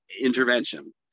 intervention